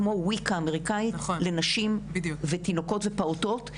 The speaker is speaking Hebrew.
כמו 'וויקה' אמריקאית לנשים ופעוטות ותינוקות,